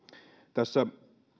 tässä